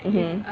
mmhmm